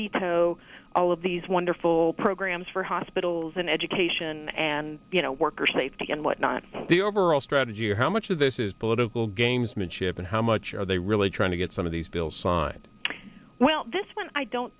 veto all of these wonderful programs for hospitals and education and you know worker safety and what not the overall strategy how much of this is political gamesmanship and how much are they really trying to get some of these bills signed well this one i don't